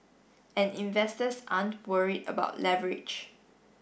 and investors aren't worried about leverage